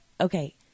Okay